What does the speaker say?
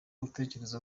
utekereza